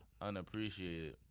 unappreciated